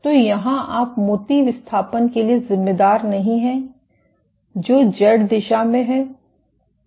तो यहां आप मोती विस्थापन के लिए जिम्मेदार नहीं हैं जो जेड दिशा में हैं